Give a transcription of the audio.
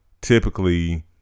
typically